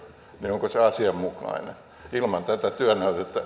niin onko se asianmukainen ilman tätä työnäytettä yhtään toimittajaa ei